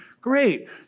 Great